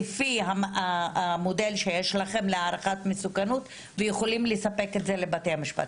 לפי המודל שיש לכם להערכת מסוכנות ויכולים לספק את זה לבתי המשפט,